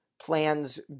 plans